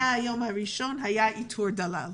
מהיום הראשון, היה איתור דל"ל.